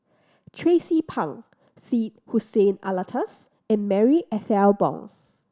Tracie Pang Syed Hussein Alatas and Marie Ethel Bong